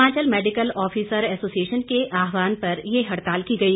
Himachal medical officer association के आहवान पर ये हड़ताल की गई